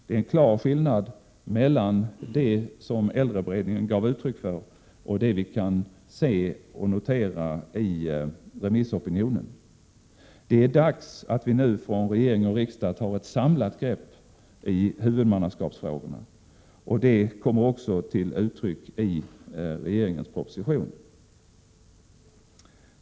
Det är en klar skillnad mellan de åsikter som äldreberedningen gav uttryck för och dem vi kan notera i remissopinionen. Det är dags att nu från regering och riksdag ta ett samlat grepp när det gäller frågorna om huvudmannaskap, och detta kommer också till uttryck i regeringens proposition.